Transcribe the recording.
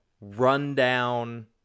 rundown